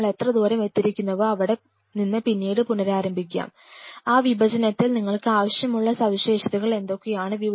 നമ്മൾ എത്ര ദൂരം എത്തിയിരിക്കുന്നുവോ അവിടെ നിന്ന് പിന്നീട് പുനരാരംഭിക്കാം ആ വിഭജനത്തിൽ നിങ്ങൾക്ക് ആവശ്യമുള്ള സവിശേഷതകൾ എന്തൊക്കെയാണെന്ന്